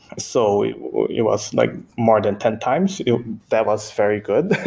so it it was like more than ten times that was very good.